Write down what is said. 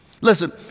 Listen